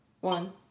One